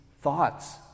thoughts